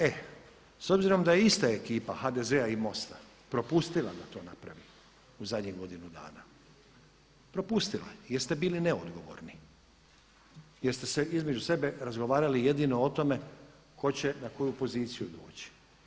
E s obzirom da je ista ekipa HDZ-a i MOST-a propustila da to napravi u zadnjih godinu dana, propustila jer ste bili neodgovorni, jer ste se između sebe razgovarali jedino o tome tko će na koju poziciju doći.